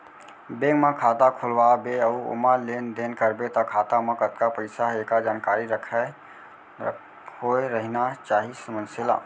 bank म खाता खोलवा बे अउ ओमा लेन देन करबे त खाता म कतका पइसा हे एकर जानकारी राखत होय रहिना चाही मनसे ल